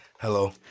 Hello